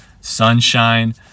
sunshine